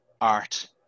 art